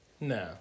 No